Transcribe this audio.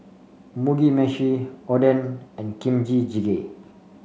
Mugi Meshi Oden and Kimchi Jjigae